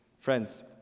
Friends